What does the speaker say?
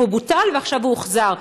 הוא בוטל ועכשיו הוא הוחזר.